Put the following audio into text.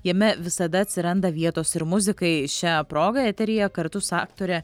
jame visada atsiranda vietos ir muzikai šia proga eteryje kartu su aktore